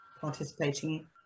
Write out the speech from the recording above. participating